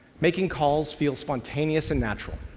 making calls feel spontaneous and natural.